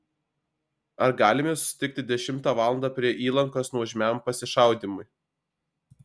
ar galime susitikti dešimtą valandą prie įlankos nuožmiam pasišaudymui